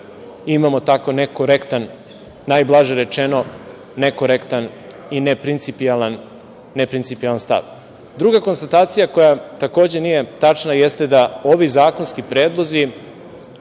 imamo tako, najblaže rečeno nekorektan i neprincipijelan stav. Druga konstatacija koja takođe nije tačna jeste da ovi zakonski predlozi